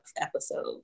episode